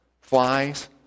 flies